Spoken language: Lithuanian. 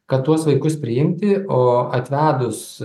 kad tuos vaikus priimti o atvedus